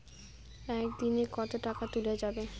একদিন এ কতো টাকা তুলা যাবে?